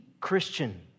Christian